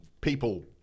people